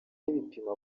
n’ibipimo